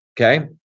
okay